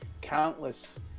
countless